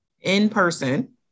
in-person